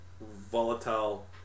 volatile